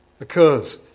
occurs